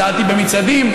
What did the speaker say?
צעדתי במצעדים.